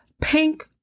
pink